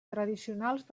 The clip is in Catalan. tradicionals